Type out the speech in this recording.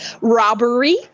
Robbery